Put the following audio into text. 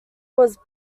was